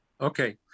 Okay